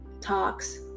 talks